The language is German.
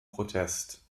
protest